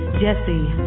jesse